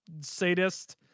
sadist